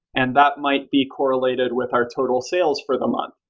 and that might be correlated with our total sales for the month.